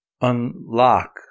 unlock